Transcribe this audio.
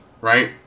Right